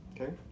Okay